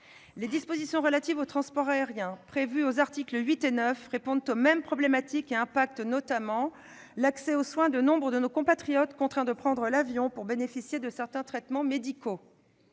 Les dispositions relatives au transport aérien prévues aux articles 8 et 9 tendent à répondre aux mêmes problématiques et affectent notamment l'accès aux soins de nombre de nos compatriotes, contraints de prendre l'avion pour bénéficier de certains traitements médicaux.